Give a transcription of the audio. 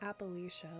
Appalachia